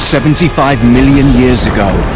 seventy five million years ago